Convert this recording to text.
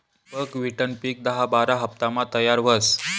बकव्हिटनं पिक दहा बारा हाफतामा तयार व्हस